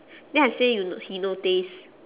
then I say you n~ he no taste